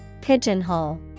Pigeonhole